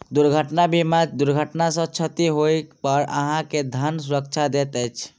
दुर्घटना बीमा दुर्घटना सॅ क्षति होइ पर अहाँ के धन सुरक्षा दैत अछि